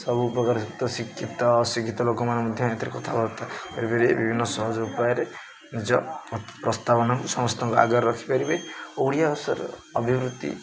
ସବୁ ପ୍ରକାର ଶିକ୍ଷିତ ଅଶିକ୍ଷିତ ଲୋକମାନେ ମଧ୍ୟ ଏଥିରେ କଥାବାର୍ତ୍ତା କରିପାରିବେ ବିଭିନ୍ନ ସହଜ ଉପାୟରେ ନିଜ ପ୍ରସ୍ତାବନ ସମସ୍ତଙ୍କୁ ଆଗରେ ରଖିପାରିବେ ଓ ଓଡ଼ିଆ ଭାଷାର ଅଭିବୃଦ୍ଧି